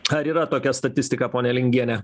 ar yra tokia statistika ponia lingiene